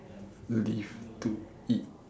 live to eat